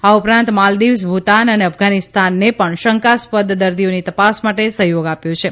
આ ઉપરાંત માલદીવ્સ ભુતાન અને અફધાનીસ્થાનને પણ શંકાસ્પદક દર્દીઓની તપાસ માટે સહયોગ આપ્યો છે